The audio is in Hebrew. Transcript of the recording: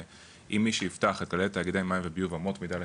ואם מי שיפתח את כללי תאגידי מים וביוב אמות מידה לשירות,